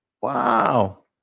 Wow